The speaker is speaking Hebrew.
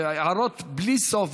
וההערות בלי סוף,